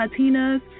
Latinas